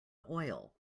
oil